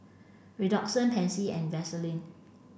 Redoxon Pansy and Vaselin